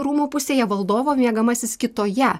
rūmų pusėje valdovo miegamasis kitoje